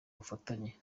bufatanye